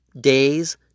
days